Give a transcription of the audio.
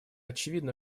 очевидно